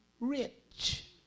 rich